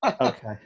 okay